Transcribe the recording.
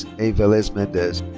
a. velez mendez.